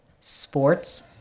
sports